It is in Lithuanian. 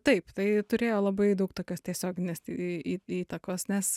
taip tai turėjo labai daug tokios tiesioginės į į įtakos nes